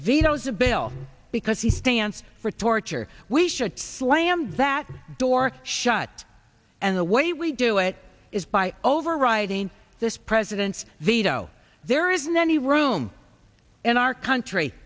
bill because he stands for torture we should slam that door shut and the way we do it is by overriding this president's veto there isn't any room in our country